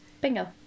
Bingo